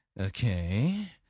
okay